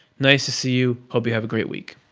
nice to see you. hope you have a great week.